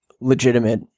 legitimate